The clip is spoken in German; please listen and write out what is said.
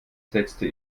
setzte